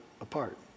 apart